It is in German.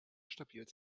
stabil